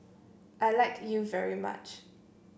I like you very much